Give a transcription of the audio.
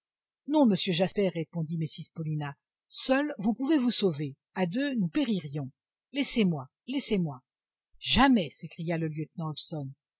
non monsieur jasper répondit mrs paulina seul vous pouvez vous sauver à deux nous péririons laissez-moi laissez-moi jamais s'écria le lieutenant hobson